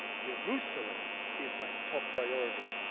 jerusalem is my top priority.